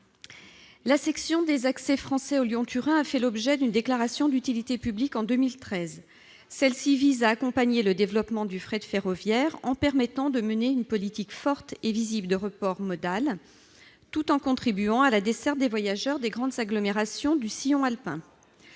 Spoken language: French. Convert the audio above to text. La section des accès français au Lyon-Turin a fait l'objet d'une déclaration d'utilité publique en 2013. Celle-ci vise à accompagner le développement du fret ferroviaire en permettant de mener une politique forte et visible de report modal, tout en contribuant à la desserte des grandes agglomérations du sillon alpin